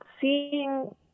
seeing